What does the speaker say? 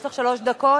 יש לך שלוש דקות,